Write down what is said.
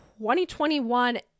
2021